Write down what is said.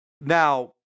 Now